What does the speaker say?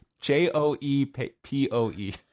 J-O-E-P-O-E